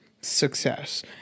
success